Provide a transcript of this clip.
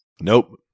Nope